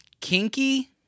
Kinky